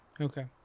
Okay